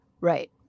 Right